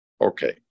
Okay